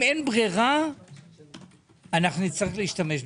אם אין ברירה - נצטרך להשתמש בזה.